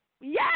yes